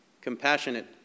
compassionate